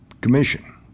commission